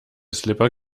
slipper